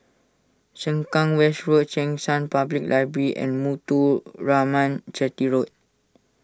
Sengkang West Road Cheng San Public Library and Muthuraman Chetty Road